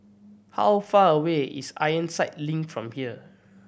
how far away is Ironside Link from here